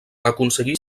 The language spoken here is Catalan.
aconseguí